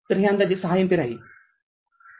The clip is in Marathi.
तरहे अंदाजे ६ अँपिअर आहे